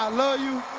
i love you,